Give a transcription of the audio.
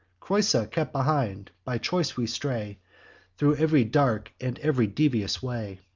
creusa kept behind by choice we stray thro' ev'ry dark and ev'ry devious way.